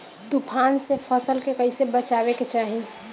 तुफान से फसल के कइसे बचावे के चाहीं?